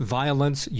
violence